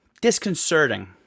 disconcerting